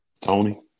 Tony